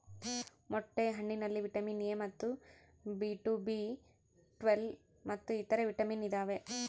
ಮೊಟ್ಟೆ ಹಣ್ಣಿನಲ್ಲಿ vitamin A ಮತ್ತು ಬಿ ಟು ಬಿ ಟ್ವೇಲ್ವ್ ಮತ್ತು ಇತರೆ ವಿಟಾಮಿನ್ ಇದಾವೆ